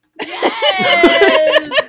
Yes